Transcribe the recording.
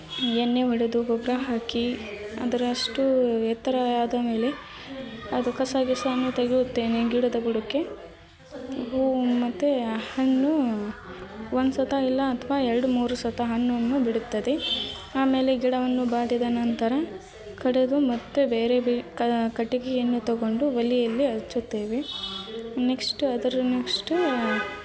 ಎಣ್ಣೆ ಹೊಡೆದು ಗೊಬ್ಬರ ಹಾಕಿ ಅದರಷ್ಟು ಎತ್ತರ ಆದ ಮೇಲೆ ಅದು ಕಸ ಗಿಸವನ್ನು ತೆಗೆಯುತ್ತೇನೆ ಗಿಡದ ಬುಡಕ್ಕೆ ಹೂವು ಮತ್ತು ಹಣ್ಣು ಒಂದು ಸತಿ ಇಲ್ಲ ಅಥವಾ ಎರಡು ಮೂರು ಸತಿ ಹಣ್ಣನ್ನು ಬಿಡುತ್ತದೆ ಆಮೇಲೆ ಗಿಡವನ್ನು ಬಾಡಿದ ನಂತರ ಕಡಿದು ಮತ್ತೆ ಬೇರೆ ಬೀ ಕಟಿಗೆಯನ್ನು ತಗೊಂಡು ಒಲೆಯಲ್ಲಿ ಹಚ್ಚುತ್ತೇವೆ ನೆಕ್ಸ್ಟ್ ಅದರ ನೆಕ್ಷ್ಟು